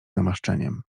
namaszczeniem